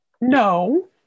No